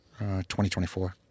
2024